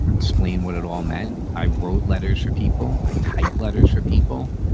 explain what it all meant. i wrote letters for people. i type letters for people.